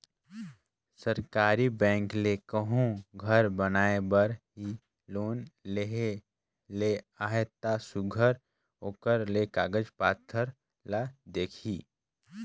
सरकारी बेंक ले कहों घर बनाए बर ही लोन लेहे ले अहे ता सुग्घर ओकर ले कागज पाथर ल देखही